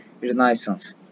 Renaissance